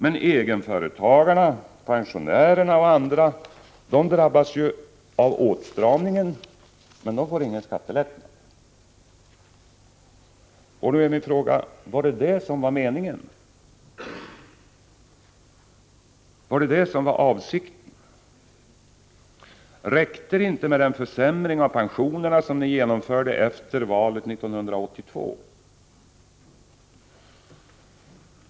Egenföretagarna, pensionärerna och andra drabbas av åtstramningen men får ingen skattelättnad. Var det det som var meningen? Räckte det inte med den försämring av pensionerna som ni genomförde efter valet 1982?